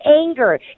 anger